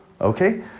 okay